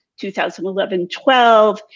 2011-12